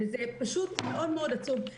זה פשוט מאוד מאוד עצוב.